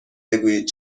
بگویید